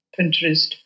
Pinterest